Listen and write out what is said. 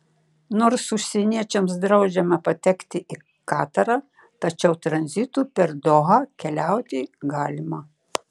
nors užsieniečiams draudžiama patekti į katarą tačiau tranzitu per dohą keliauti galima